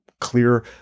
clear